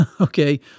okay